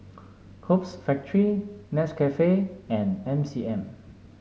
Hoops Factory Nescafe and M C M